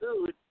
food